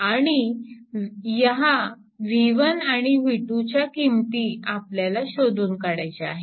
आणि या V1 आणि V2 च्या किमती आपल्याला शोधून काढायच्या आहेत